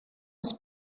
was